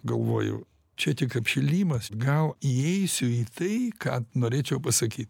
galvoju čia tik apšilimas gal įeisiu į tai ką norėčiau pasakyt